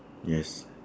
yes